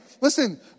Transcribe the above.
Listen